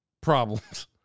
problems